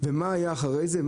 זה בדיוק מה